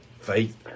Faith